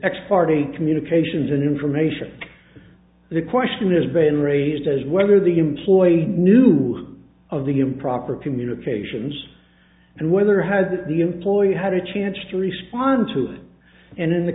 x party communications and information the question has been raised as whether the employee knew of the improper communications and whether has the employee had a chance to respond to it and in the